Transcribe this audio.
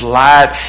light